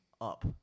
up